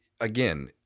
again